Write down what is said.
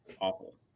awful